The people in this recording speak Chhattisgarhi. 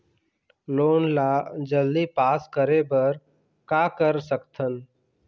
लोन ला जल्दी पास करे बर का कर सकथन?